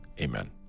Amen